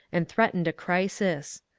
and threatened a crisis.